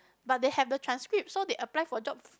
but they have the transcript so they apply for job